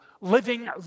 living